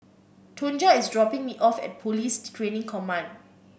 Tonja is dropping me off at Police Training Command